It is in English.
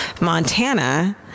Montana